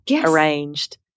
arranged